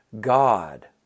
God